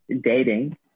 dating